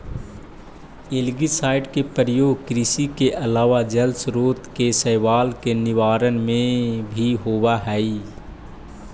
algicide के प्रयोग कृषि के अलावा जलस्रोत के शैवाल के निवारण में भी होवऽ हई